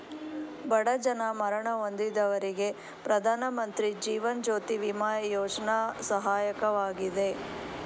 ಬಡ ಜನ ಮರಣ ಹೊಂದಿದವರಿಗೆ ಪ್ರಧಾನಮಂತ್ರಿ ಜೀವನ್ ಜ್ಯೋತಿ ಬಿಮಾ ಯೋಜ್ನ ಸಹಾಯಕವಾಗಿದೆ